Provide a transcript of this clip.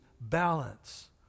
balance